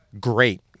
great